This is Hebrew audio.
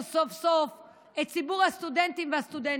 סוף-סוף את ציבור הסטודנטים והסטודנטיות.